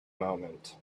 moment